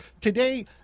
today